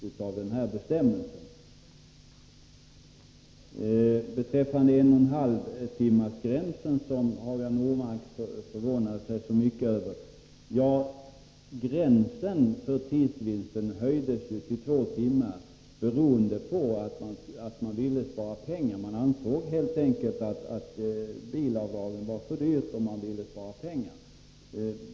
Hagar Normark förvånade sig mycket över gränsen på en och en halv timme. Gränsen för tidsvinsten höjdes ju till två timmar beroende på att man ville spara pengar. Man ansåg helt enkelt att bilavdragen var för dyra.